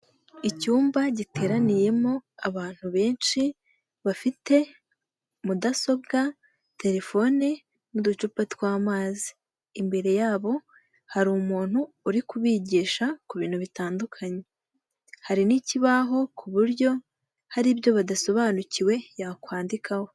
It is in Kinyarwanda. Icyumba giteraniyemo abantu benshi, bafite mudasobwa, telefone, n'uducupa tw'amazi imbere yabo hari umuntu uri kubigisha ku bintu bitandukanye, hari n'ikibaho ku buryo hari ibyo badasobanukiwe yakwandikaho.